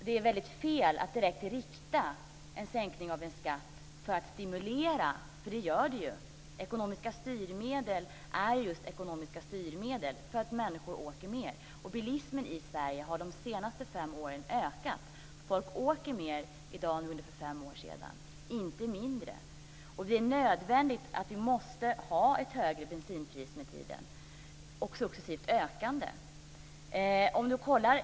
Det är fel att rikta en sänkning av en skatt så att den stimulerar att människor åker mer bil. Det är ju vad som sker här. Ekonomiska styrmedel är just ekonomiska styrmedel. Bilismen i Sverige har ökat de senaste fem åren. Folk åker mer bil i dag än de gjorde för fem år sedan - inte mindre. Vi måste ha ett högre bensinpris med tiden. Det måste dessutom öka successivt.